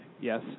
Yes